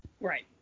Right